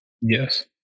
Yes